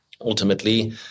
Ultimately